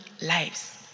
lives